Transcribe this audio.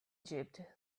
egypt